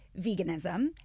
veganism